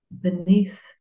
beneath